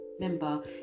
remember